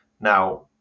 now